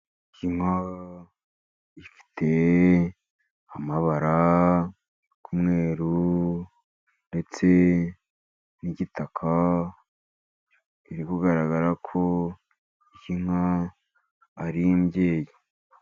Inka ifite amabara y'umweru ndetse n'igitaka biri kugaragarako iyi nka ari imbyeyi.